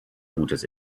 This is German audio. gutes